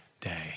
day